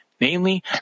namely